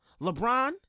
LeBron